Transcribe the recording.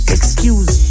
Excuse